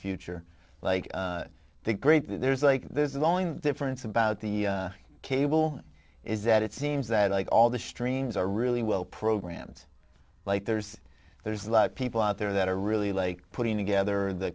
future like the great there's like there's only the difference about the cable is that it seems that like all the streams are really well programs like there's there's a lot of people out there that are really like putting together the